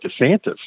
DeSantis